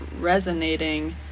resonating